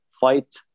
fight